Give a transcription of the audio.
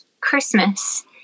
Christmas